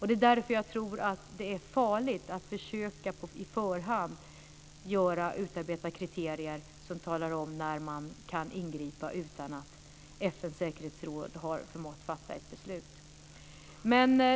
Det är därför jag tror att det är farligt att i förhand försöka utarbeta kriterier som talar om när man kan ingripa utan att FN:s säkerhetsråd har förmått fatta ett beslut.